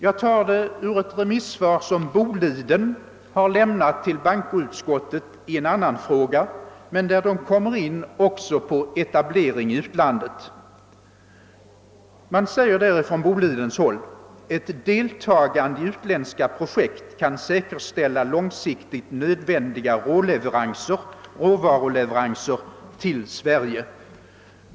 Jag tar det ur ett remissvar som Bolidenbolaget har lämnat till bankoutskot tet i en annan fråga; där kommer man in också på etablering i utlandet och skriver: »Ett deltagande i utländska projekt kan säkerställa långsiktigt nödvändiga råvaruleveranser till Sverige.